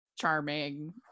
charming